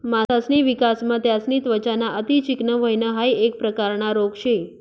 मासासनी विकासमा त्यासनी त्वचा ना अति चिकनं व्हयन हाइ एक प्रकारना रोग शे